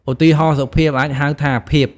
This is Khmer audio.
ឧទាហរណ៍ “សុភាព” អាចហៅថា “ភាព”។